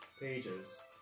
pages